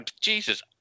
Jesus